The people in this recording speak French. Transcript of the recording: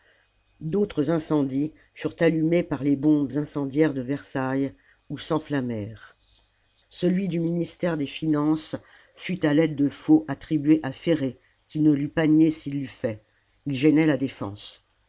d'autres incendies furent allumés par les bombes incendiaires de versailles ou s'enflammèrent celui du ministère des finances fut à l'aide de faux attribué à ferré qui ne l'eût pas nié s'il l'eût fait il gênait la défense